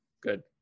good